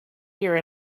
here